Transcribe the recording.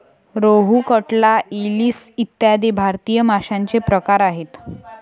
रोहू, कटला, इलीस इ भारतीय माशांचे प्रकार आहेत